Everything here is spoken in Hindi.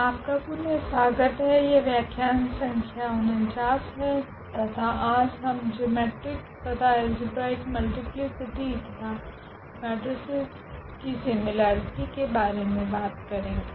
आपका पुनः स्वागत है यह व्याख्यान संख्या 49 है तथा आज हम जिओमेट्रिक तथा अल्जेब्रिक मल्टीप्लीसिटी तथा मेट्रिसेस की सिमिलेरिटी के बारे मे बात करेंगे